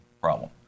problem